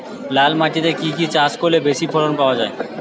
লাল মাটিতে কি কি চাষ করলে বেশি ফলন পাওয়া যায়?